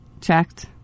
checked